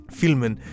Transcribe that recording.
filmen